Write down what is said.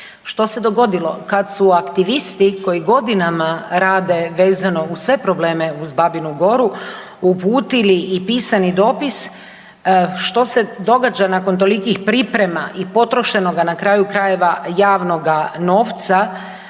Što se dogodilo? Kad su aktivisti koji godinama reda vezano uz sve probleme uz Babinu Goru uputili i pisani dopis što se događa nakon tolikih priprema i potrošenoga na kraju krajeva javnoga novca,